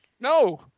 No